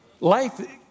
Life